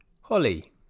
Holly